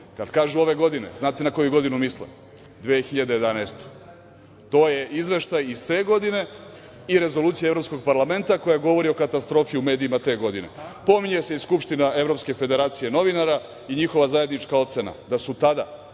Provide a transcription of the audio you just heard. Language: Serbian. Kad kažu ove godine, znate na koju godinu misle, na 2011. godinu. To je izveštaj iz te godine i rezolucija Evropskog parlamenta koja govori o katastrofi u medijima te godine. Pominje se i Skupština Evropske federacije novinara i njihova zajednička ocena da su tada